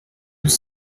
nous